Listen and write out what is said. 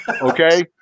Okay